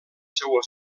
seua